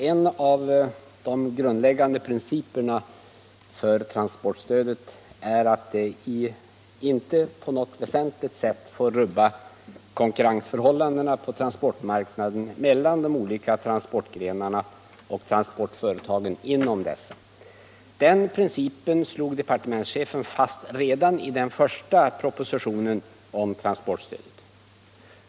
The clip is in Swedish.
Herr talman! En av de grundläggande principerna för transportstödet är att det inte på något väsentligt sätt får rubba konkurrensförhållandena på transportmarknaden mellan de olika transportgrenarna och transportföretagen inom dessa. Den principen slog departementschefen fast redan i den första propositionen om transportstödet.